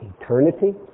eternity